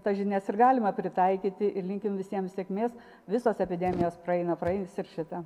tas žinias ir galima pritaikyti ir linkim visiems sėkmės visos epidemijos praeina praeis ir šita